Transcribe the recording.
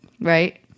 right